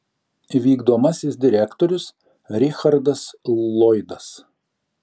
vykdomasis direktorius richardas lloydas